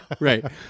right